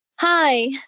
Hi